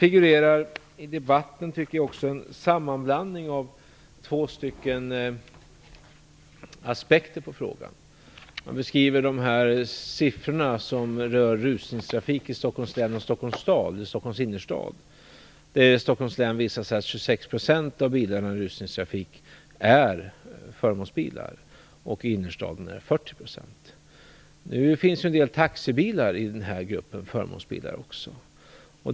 I debatten figurerar en sammanblandning av två aspekter på frågan. Man beskriver siffrorna som rör rusningstrafiken i Stockholms län och Stockholms innerstad. I Stockholms län visade det sig att 26 % av bilarna i rusningstrafik är förmånsbilar. I innerstaden är siffran 40 %. Det ingår också en hel del taxibilar i gruppen förmånsbilar.